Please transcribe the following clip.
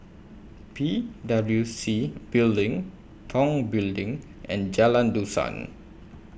P W C Building Tong Building and Jalan Dusan